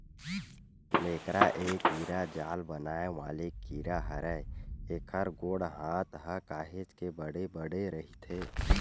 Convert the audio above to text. मेकरा ए कीरा जाल बनाय वाले कीरा हरय, एखर गोड़ हात ह काहेच के बड़े बड़े रहिथे